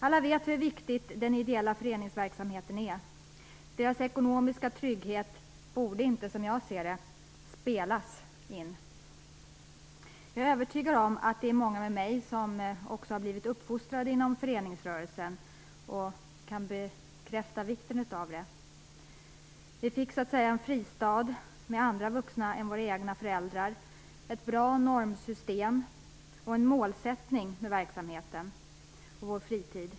Alla vet hur viktig den ideella föreningsverksamheten är. Dess ekonomiska trygghet borde inte spelas in, som jag ser det. Jag är övertygad om att många med mig har blivit uppfostrade inom föreningsrörelsen och kan bekräfta vikten av den. Vi fick en fristad, med andra vuxna än våra egna föräldrar, ett bra normsystem och en målsättning med verksamheten och vår fritid.